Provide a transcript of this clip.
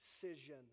decision